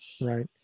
Right